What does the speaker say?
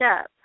up